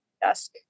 desk